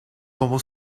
como